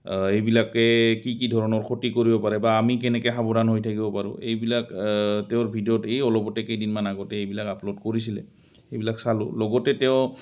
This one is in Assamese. এইবিলাকে কি কি ধৰণৰ ক্ষতি কৰিব পাৰে বা আমি কেনেকৈ সাৱধান হৈ থাকিব পাৰোঁ এইবিলাক তেওঁৰ ভিডিঅ'ত এই অলপতে কেইদিনমান আগতে এইবিলাক আপলোড কৰিছিলে এইবিলাক চালোঁ লগতে তেওঁ